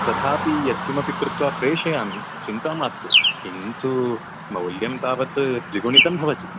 तथापि यत्किमपि कृत्वा प्रेषयामि चिन्ता मास्तु किन्तु मौल्यं तावत् द्विगुणितं भवति